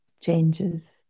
changes